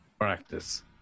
Practice